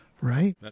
Right